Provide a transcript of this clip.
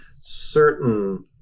certain